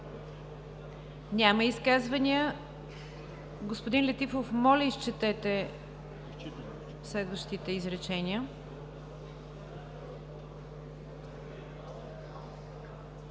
ли изказвания? Няма. Господин Летифов, моля, изчетете следващите изречения.